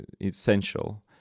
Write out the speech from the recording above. essential